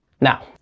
Now